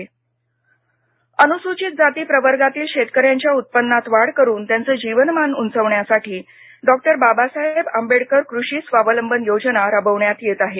कषी स्वावलंबन योजना अनुसूचित जाती प्रवर्गातील शेतकऱ्यांच्या उत्पन्नात वाढ करून त्यांचं जीवनमान उंचावण्यासाठी डॉक्टर बाबासाहेब आंबेडकर कृषी स्वावलंबन योजना राबविण्यात येत आहे